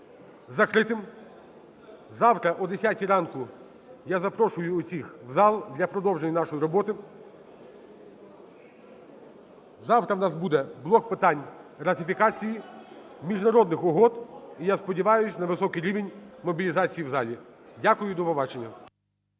закритим. Завтра о 10 ранку я запрошую всіх в зал для продовження нашої роботи. Завтра у нас буде блок питань ратифікації міжнародних угод, і я сподіваюсь на високий рівень мобілізації в залі. Дякую. До побачення.